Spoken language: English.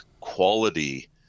quality